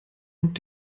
und